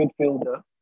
midfielder